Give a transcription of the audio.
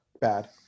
Bad